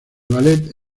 ballet